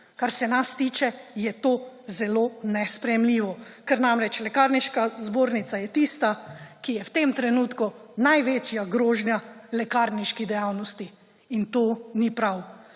Kar se nas tiče, je to zelo nesprejemljivo, ker namreč Lekarniška zbornica je tista, ki je v tem trenutku največja grožnja lekarniški dejavnosti. In to ni prav.